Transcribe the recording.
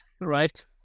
right